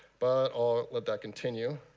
but i'll let that continue.